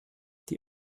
die